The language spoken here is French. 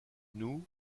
nous